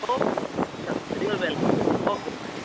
okay your welcome okay fine